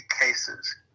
cases